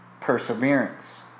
Perseverance